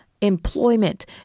employment